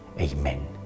amen